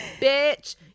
bitch